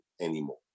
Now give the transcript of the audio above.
anymore